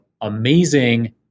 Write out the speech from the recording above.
amazing